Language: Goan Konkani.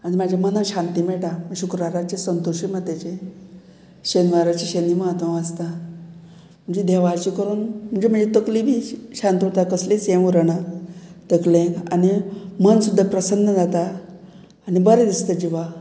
आनी म्हाज्या मनाक शांती मेळटा शुक्राराचे संतोशी मातेचें शेनवाराचे शनी महात्मा आसता म्हणजे देवाचें करून म्हणजे म्हजी तकली बी शांत उरता कसलीच हें उरना तकलेंत आनी मन सुद्दां प्रसन्न जाता आनी बरें दिसता जिवा